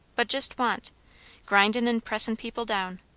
but just want grindin' and pressin' people down.